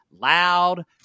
loud